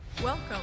Welcome